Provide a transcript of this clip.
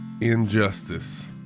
injustice